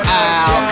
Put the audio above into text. out